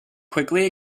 quickly